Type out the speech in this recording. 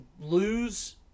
lose